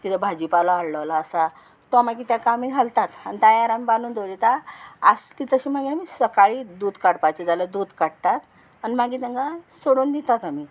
किदें भाजी पालो हाडलेलो आसा तो मागीर तेका आमी घालतात आनी दायार आमी बानून दवरिता आसली तशी मागीर आमी सकाळीं दूद काडपाचे जाल्यार दूद काडटात आनी मागीर तांकां सोडून दितात आमी